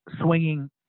swinging